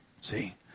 See